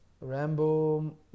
Rambo